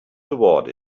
toward